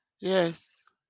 Yes